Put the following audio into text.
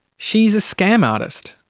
she is a scam artist.